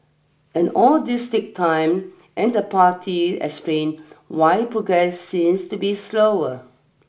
and all this take time and the party explain why progress seems to be slower